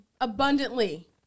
Abundantly